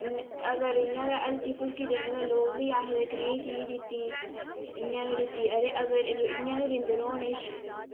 अगर इ'यां गै हल्की फुल्की देनी होऐ लोक बी आखदे कनेही चीज दित्ती ते इयां गै दित्ती ते अगर इ'यां गै दिंदे रौह्न एह्